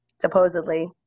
supposedly